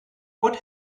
what